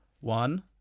One